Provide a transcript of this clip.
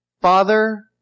Father